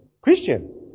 Christian